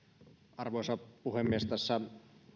arvoisa puhemies tässä